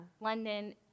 London